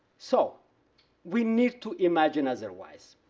so we need to imagine otherwise.